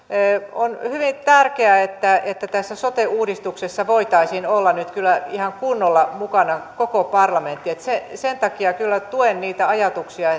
on hyvin tärkeää että että tässä sote uudistuksessa voitaisiin olla nyt kyllä ihan kunnolla mukana koko parlamentti sen takia kyllä tuen niitä ajatuksia